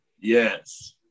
Yes